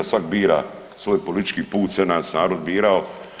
Svak' bira svoj politički put, sve nas je narod birao.